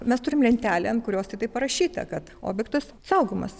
mes turim lentelę ant kurios tai taip parašyta kad objektas saugomas